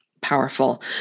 powerful